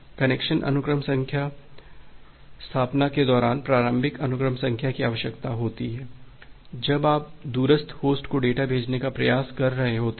connection अनुक्रम स्थापना के दौरान प्रारंभिक अनुक्रम संख्या की आवश्यकता होती है जब आप दूरस्थ होस्ट को डेटा भेजने का प्रयास कर रहे हैं